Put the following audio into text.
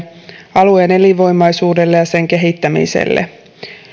alueen elinvoimaisuudelle ja sen kehittämiselle